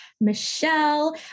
Michelle